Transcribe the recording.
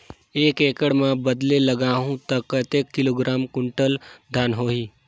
एक एकड़ मां बदले लगाहु ता कतेक किलोग्राम कुंटल धान होही?